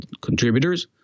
contributors